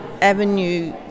avenue